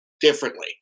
differently